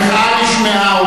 המחאה נשמעה,